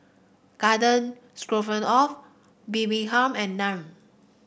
Garden Stroganoff Bibimbap and Naan